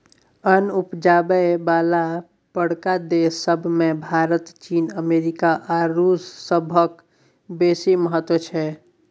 अन्न उपजाबय बला बड़का देस सब मे भारत, चीन, अमेरिका आ रूस सभक बेसी महत्व छै